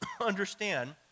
understand